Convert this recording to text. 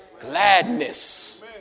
gladness